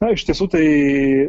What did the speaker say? na iš tiesų tai